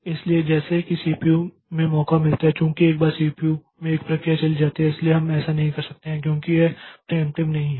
इसलिए जैसा कि सीपीयू में मौका मिलता है और चूंकि एक बार सीपीयू में एक प्रक्रिया चली जाती है इसलिए हम ऐसा नहीं करते हैं क्योंकि यह प्रियेंप्टिव नहीं है